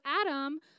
Adam